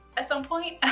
at some point.